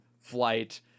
flight